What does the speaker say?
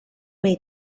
may